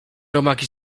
robaki